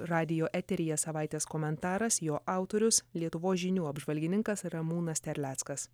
radijo eteryje savaitės komentaras jo autorius lietuvos žinių apžvalgininkas ramūnas terleckas